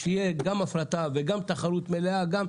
כשיהיו גם הפרטה וגם תחרות מלאה זה אחרת.